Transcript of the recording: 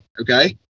Okay